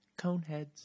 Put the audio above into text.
Coneheads